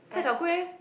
cai-tao-kway